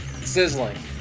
sizzling